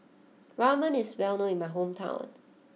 Ramen is well known in my hometown